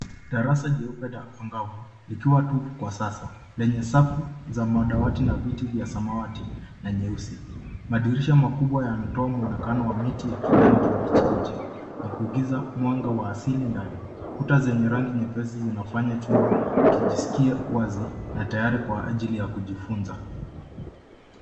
Darasa nyeupe na angavu likiwa tupu kwa sasa lenye safu za muda wote na viti vya samawati na nyeusi. Madirisha makubwa yanatoa muonekano wa miti ya kijani kimbichi nje na kuingiza mwanga wa asili ndani. Kuta zenye rangi nyepesi zinafanya chumba kijisikie wazi na tayari kwa ajili ya kujifunza.